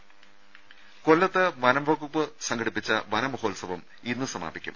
രുമ കൊല്ലത്ത് വനംവകുപ്പ് സംഘടിപ്പിച്ച വനമഹോത്സവം ഇന്ന് സമാപിക്കും